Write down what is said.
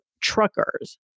truckers